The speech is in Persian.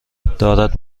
دارد